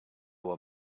were